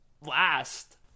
last